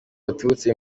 baturutse